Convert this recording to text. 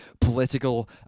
political